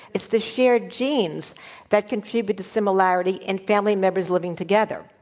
it's the shared genes that compute but the similarity in family members living together.